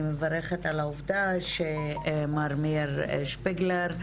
אני מברכת על העובדה שמר מאיר שפיגלר,